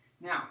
Now